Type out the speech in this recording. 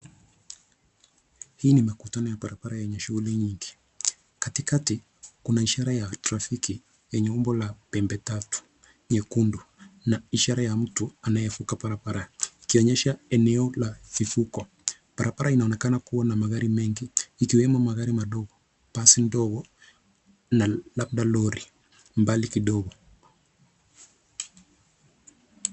Hii ni makutano ya barabara yenye shughuli nyingi. Katikati kuna ishara ya trafiki yenye umbo la pembe tatu nyekundu na ishara mtu anayevuka barabara ikionyesha eneo la vivuko. Barabara inaonekana kuwa na magari mengi ikiwemo magari madogo, basi ndogo na labda lori mbali kidogo.